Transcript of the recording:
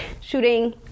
shooting